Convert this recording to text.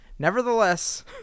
Nevertheless